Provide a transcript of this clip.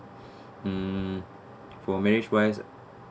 hmm for marriage wise